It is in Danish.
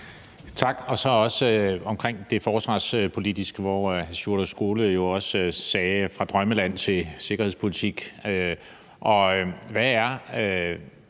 Tak. Så er der også det forsvarspolitiske, hvor hr. Sjúrður Skaale jo også sagde: Fra drømmeland til sikkerhedspolitik. En ting er